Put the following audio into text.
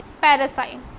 parasite